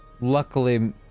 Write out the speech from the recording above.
Luckily